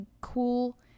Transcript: cool